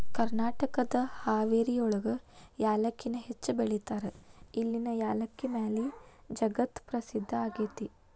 ಕರ್ನಾಟಕದ ಹಾವೇರಿಯೊಳಗ ಯಾಲಕ್ಕಿನ ಹೆಚ್ಚ್ ಬೆಳೇತಾರ, ಇಲ್ಲಿನ ಯಾಲಕ್ಕಿ ಮಾಲಿ ಜಗತ್ಪ್ರಸಿದ್ಧ ಆಗೇತಿ